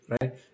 right